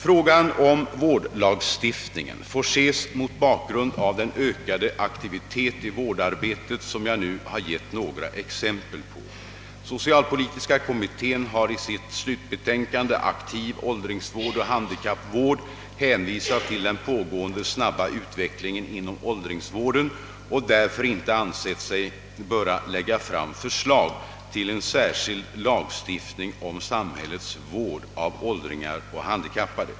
Frågan om vårdlagstiftningen får ses mot bakgrund av den ökade aktivitet i vårdarbetet som jag nu har gett några exempel på. Socialpolitiska kommittén har i sitt slutbetänkande »Aktiv åldringsvård och handikappvård» hänvisat till den pågående snabba utvecklingen inom åldringsvården och därför inte ansett sig böra lägga fram förslag till en särskild lagstiftning om samhällets vård av åldringar och handikappade.